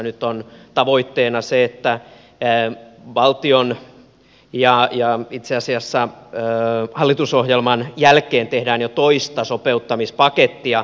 nyt on tavoitteena se että valtion ja ajaa itse asiassa ei hallitusohjelman jälkeen tehdään jo toista sopeuttamispakettia